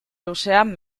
luzean